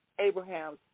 Abraham's